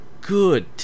Good